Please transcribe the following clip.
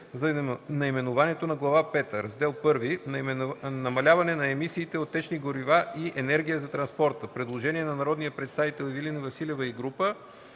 за наименованието на Глава пета. „Раздел І – Намаляване на емисиите от течни горива и енергия за транспорта”. Предложение на народния Ивелина Василева и група